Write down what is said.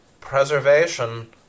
preservation